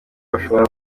bashobora